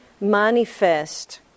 manifest